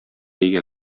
өйгә